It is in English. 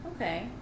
Okay